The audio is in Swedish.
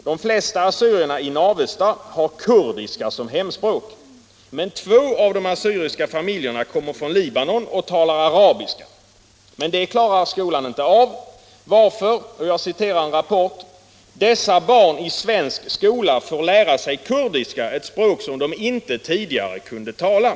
De flesta assyrierna i Navestad har kurdiska som hemspråk. Men två av de assyriska familjerna kommer från Libanon och talar arabiska. Men det klarar skolan inte av, varför — och jag citerar en rapport — ”dessa barn i svensk skola får lära sig kurdiska, ett språk de inte tidigare kunde tala”.